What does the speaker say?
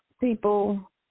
people